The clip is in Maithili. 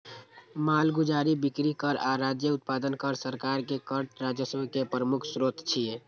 मालगुजारी, बिक्री कर आ राज्य उत्पादन कर सरकार के कर राजस्व के प्रमुख स्रोत छियै